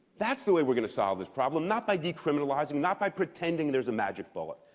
that's the way we're going to solve this problem not by decriminalizing, not by pretending there's a magic bullet.